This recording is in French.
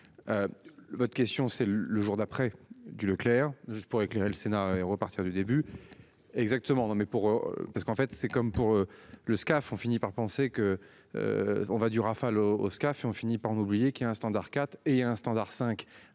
Votre question c'est le le jour d'après. Du Leclerc je pourrais éclairer le Sénat et repartir du début. Exactement mais pour parce qu'en fait c'est comme pour le SCAF, on finit par penser que. On va du Rafale au au Skaf et on finit par oublier qu'il a un standard quatre et un standard